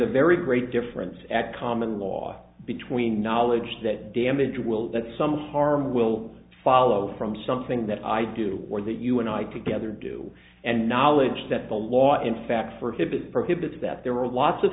a very great difference at common law between knowledge that damage will that some harm will follow from something that i do or that you and i do gather do and knowledge that the law in fact for hibbett prohibits that there are lots of